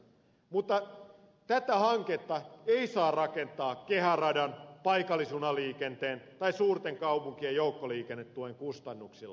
mutta tätä hanketta ei saa rakentaa kehäradan paikallisjunaliikenteen tai suurten kaupunkien joukkoliikennetuen kustannuksilla